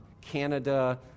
Canada